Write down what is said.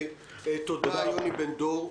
תודה יוני בן דור,